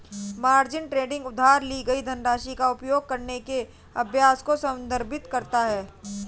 margin trading उधार ली गई धनराशि का उपयोग करने के अभ्यास को संदर्भित करता है